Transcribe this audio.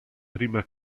prima